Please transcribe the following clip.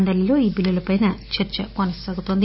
మండలిలో ఈ బిల్లులపై చర్చ కొనసాగుతోంది